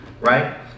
right